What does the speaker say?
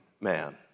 man